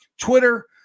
Twitter